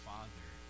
Father